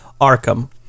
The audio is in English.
Arkham